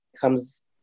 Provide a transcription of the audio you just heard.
comes